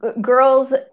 girls